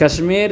Kashmir